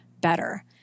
better